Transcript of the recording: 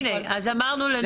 אמרנו,